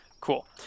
cool